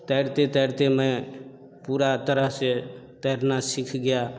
तैरते तैरते में पूरी तरह से तैरना सीख गया